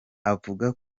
avuga